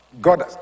God